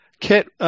Kit